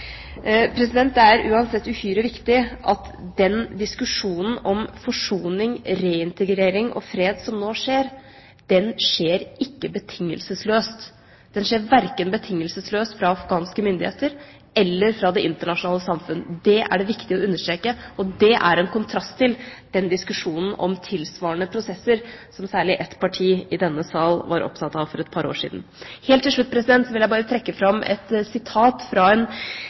Det er uansett uhyre viktig at den diskusjonen om forsoning, reintegrering og fred som nå skjer, ikke skjer betingelsesløst. Den skjer ikke betingelsesløst verken fra afghanske myndigheters side eller fra det internasjonale samfunnets side. Dét er det viktig å understreke, og dét er en kontrast til den diskusjonen om tilsvarende prosesser som særlig ett parti i denne sal var opptatt av for et par år siden. Helt til slutt vil jeg bare trekke fram et sitat fra en